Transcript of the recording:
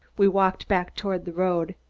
we walked back toward the road